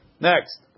Next